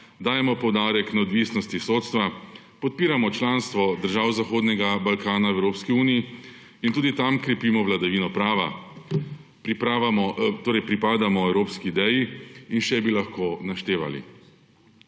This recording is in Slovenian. dajemo poudarek neodvisnosti sodstva, podpiramo članstvo držav Zahodnega Balkana v Evropski uniji in tudi tam krepimo vladavino prava, pripadamo evropski ideji in še bi lahko naštevali.